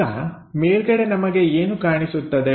ಈಗ ಮೇಲ್ಗಡೆ ನಮಗೆ ಏನು ಕಾಣಿಸುತ್ತದೆ